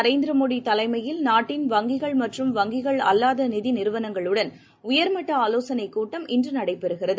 நரேந்திரமோடிதலைமையில் நாட்டின் வங்கிகள் மற்றும் வங்கிஅல்லாதநிதிநிறுவளங்களுடன் உயர் மட்டஆலோசனைகூட்டம் இன்றுநடைபெறுகிறது